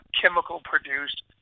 chemical-produced